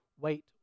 wait